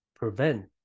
prevent